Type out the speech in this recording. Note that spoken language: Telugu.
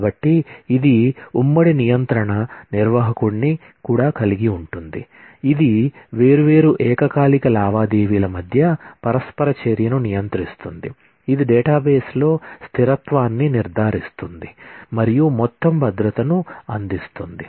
కాబట్టి ఇది ఉమ్మడి నియంత్రణ నిర్వాహకుడిని కూడా కలిగి ఉంటుంది ఇది వేర్వేరు ఏకకాలిక లావాదేవీల మధ్య పరస్పర చర్యను నియంత్రిస్తుంది ఇది డేటాబేస్లో స్థిరత్వాన్ని నిర్ధారిస్తుంది మరియు మొత్తం భద్రతను అందిస్తుంది